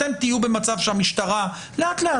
אתם תהיו במצב שהמשטרה לאט-לאט,